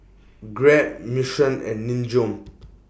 Grab Mission and Nin Jiom